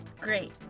Great